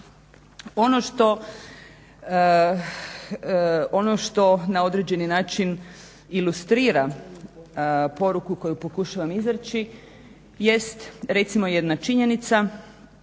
Ono što na određeni način ilustrira poruku koju pokušavam izreći jest recimo jedna činjenica